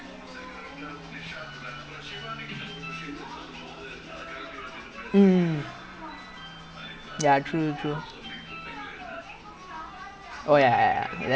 I mean no lah but is only hard for engineering anything else it's not that hard like a lot of others you don't need that much stuff because I'm not doing medical also so ya